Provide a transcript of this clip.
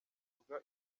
ivuga